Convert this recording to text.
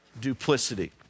duplicity